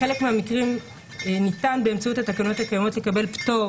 בחלק מהמקרים ניתן באמצעות התקנות הקיימות לקבל פטור